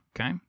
okay